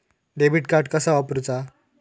Debit card कसा वापरुचा?